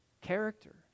character